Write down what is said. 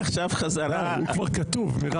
הוא כבר כתוב, מירב.